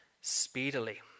speedily